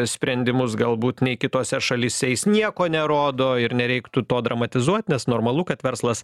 sprendimus galbūt nei kitose šalyse jis nieko nerodo ir nereiktų to dramatizuot nes normalu kad verslas